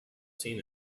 seen